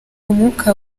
umwuka